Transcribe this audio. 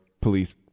police